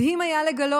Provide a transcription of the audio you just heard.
מדהים היה לגלות